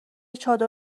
چادر